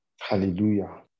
Hallelujah